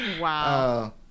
Wow